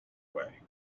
way